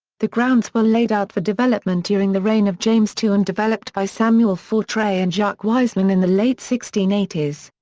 the grounds were laid out for development during the reign of james ii and developed by samuel fortrey and jacques wiseman in the late sixteen eighty s.